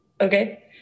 Okay